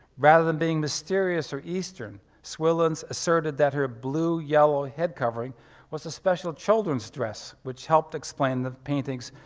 rather than being mysterious or eastern, swillens asserted that her blue yellow headcovering was a special children's dress which helped explain the paintings,